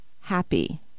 happy